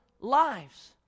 lives